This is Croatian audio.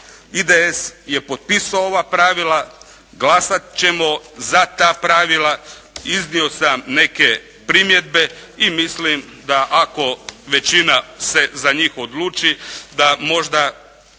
IDS je potpisao ova pravila, glasat ćemo za ta pravila, iznio sam neke primjedbe i mislim da ako većina se za njih odluči da možda